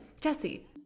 Jesse